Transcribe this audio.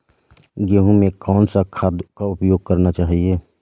गेहूँ में कौन सा खाद का उपयोग करना चाहिए?